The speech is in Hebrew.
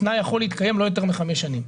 התנאי יכול להתקיים לא יותר מחמש שנים.